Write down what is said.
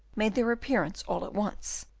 made their appearance all at once,